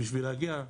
בשביל להגיע,